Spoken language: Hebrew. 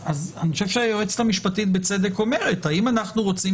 אני חושב שהיועצת המשפטית בצדק אומרת: האם אנחנו רוצים